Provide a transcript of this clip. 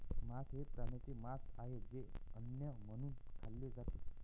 मांस हे प्राण्यांचे मांस आहे जे अन्न म्हणून खाल्ले जाते